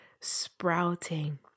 sprouting